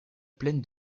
plaine